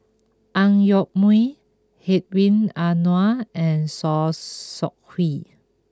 Ang Yoke Mooi Hedwig Anuar and Saw Swee Hock